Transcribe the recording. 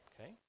okay